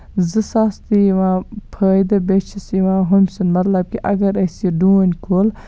زٕ سا تہِ یِوان فٲیدٕ بیٚیہِ چھُس یِوان ہُمہِ سُند مطلب کہِ اَگر أسۍ یہِ ڈوٗنۍ کُل